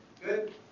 good